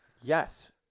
Yes